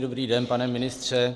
Dobrý den, pane ministře.